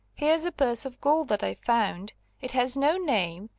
here's a purse of gold that i've found it has no name,